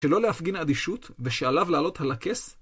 שלא להפגין אדישות, ושעליו לעלות על הכס